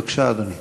בבקשה, אדוני.